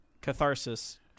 catharsis